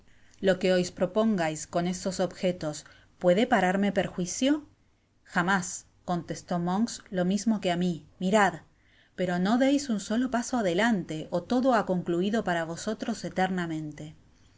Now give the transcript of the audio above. lo que os propongais con esos objetos puede pararme perjuicio jamás contestó monks lo mismo que á mi mirad perono deis un solo paso adelante ó todo ha concluido para vosotros eternamente